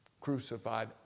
crucified